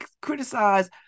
criticize